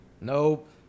Nope